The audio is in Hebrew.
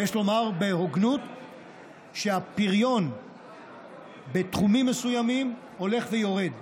יש לומר בהוגנות שהפריון בתחומים מסוימים הולך ויורד,